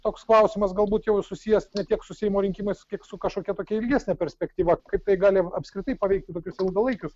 toks klausimas galbūt jau susijęs ne tiek su seimo rinkimais kiek su kažkokia tokia ilgesne perspektyva kaip tai gali apskritai paveikti tokius ilgalaikius